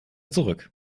zurück